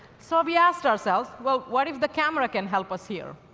so, we asked ourselves, well, what if the camera can help us here?